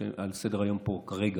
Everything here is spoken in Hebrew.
שהוא על סדר-היום פה כרגע.